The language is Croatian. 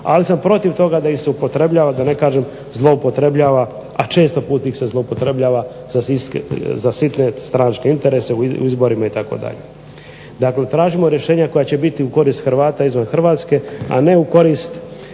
ali sam protiv toga da ih se upotrebljava da ne kažem zloupotrebljava a često puta ih se zloupotrebljava za sitne stranačke interese u izborima itd. Dakle, tražimo rješenja koja će biti u korist Hrvata izvan Hrvatske a ne u korist